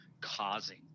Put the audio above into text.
causing